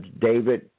david